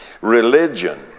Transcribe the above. Religion